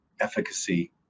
efficacy